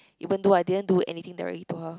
even though I didn't do anything directly to her